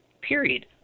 period